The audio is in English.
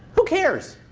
who cares?